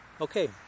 Okay